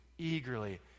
eagerly